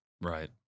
Right